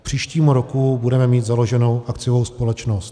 K příštímu roku budeme mít založenou akciovou společnost.